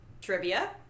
Trivia